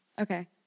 Okay